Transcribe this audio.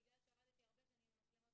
בגלל שעבדתי הרבה שנים עם מצלמות